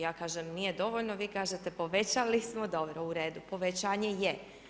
Ja kažem nije dovoljno, vi kažete povećali ste, dobro, u redu, povećanje je.